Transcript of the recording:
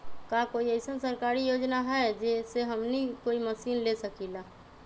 का कोई अइसन सरकारी योजना है जै से हमनी कोई मशीन ले सकीं ला?